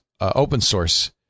open-source